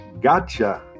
Gotcha